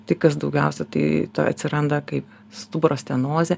tai kas daugiausia tai atsiranda kaip stuburo stenozė